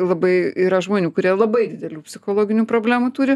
labai yra žmonių kurie labai didelių psichologinių problemų turi